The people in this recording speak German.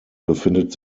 befindet